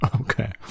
Okay